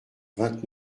vingt